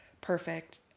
perfect